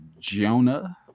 Jonah